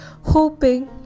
hoping